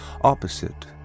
opposite